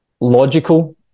logical